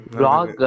blog